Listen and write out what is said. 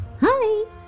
Hi